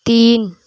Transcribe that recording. تین